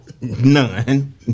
None